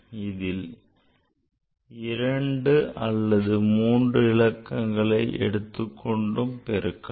இவற்றில் இரண்டு அல்லது மூன்று இலக்கங்களையும் எடுத்துக் கொண்டு பெருக்கலாம்